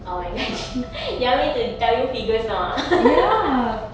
oh my gaji you want me to tell you figures now ah